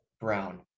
Brown